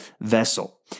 vessel